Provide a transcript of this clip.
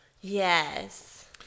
Yes